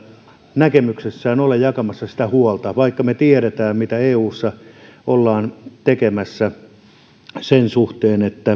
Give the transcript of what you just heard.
näkemyksessään ole jakamassa sitä huolta vaikka me tiedämme mitä eussa ollaan tekemässä brexitin suhteen